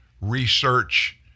research